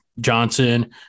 Johnson